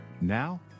Now